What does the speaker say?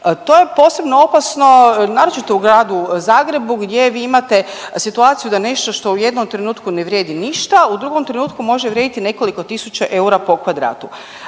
To je posebno opasno, naročito u gradu Zagrebu gdje vi imate situaciju da nešto što u jednom trenutku ne vrijedi ništa, u drugom trenutku može vrijediti nekoliko tisuća eura po kvadratu.